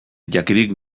jakirik